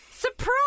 Surprise